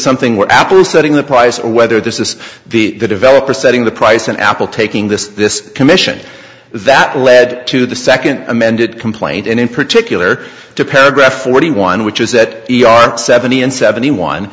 something what apple is setting the price or whether this is the developer setting the price and apple taking this this commission that led to the second amended complaint and in particular to paragraph forty one which is that the are seventy and seventy one